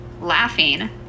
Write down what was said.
Laughing